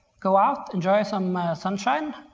go out, enjoy some sunshine,